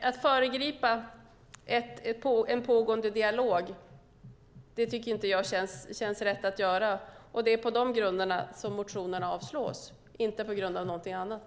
Att föregripa en pågående dialog tycker inte jag känns rätt att göra, och det är på de grunderna motionen avstyrks - inte på grund av någonting annat.